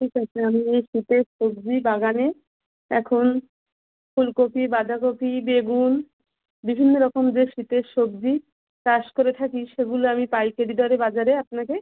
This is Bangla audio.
ঠিক আছে আমি এই শীতের সবজি বাগানে এখন ফুলকপি বাঁধাকপি বেগুন বিভিন্ন রকম যে শীতের সবজি চাষ করে থাকি সেগুলো আমি পাইকারি দরে বাজারে আপনাকে